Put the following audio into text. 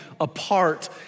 apart